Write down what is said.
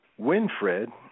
Winfred